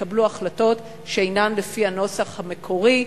שיקבלו החלטות שאינן לפי הנוסח המקורי,